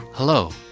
Hello